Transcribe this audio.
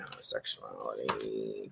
Sexuality